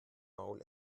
maul